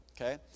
okay